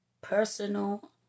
personal